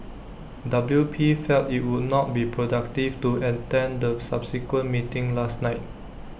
W P felt IT would not be productive to attend the subsequent meeting last night